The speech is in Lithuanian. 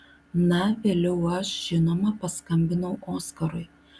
na vėliau aš žinoma paskambinau oskarui